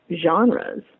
genres